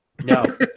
No